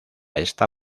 esta